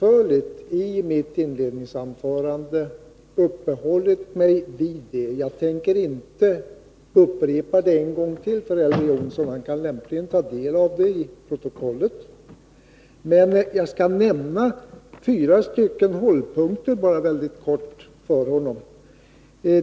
Jag har i mitt inledningsanförande ganska utförligt uppehållit mig vid det. Jag tänker inte upprepa det för Elver Jonsson. Han kan lämpligen ta del av det i protokollet. Jag skall bara mycket kort nämna fyra hållpunkter för honom.